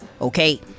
Okay